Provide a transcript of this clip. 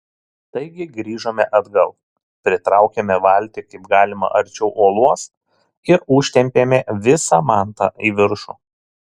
taigi grįžome atgal pritraukėme valtį kaip galima arčiau uolos ir užtempėme visą mantą į viršų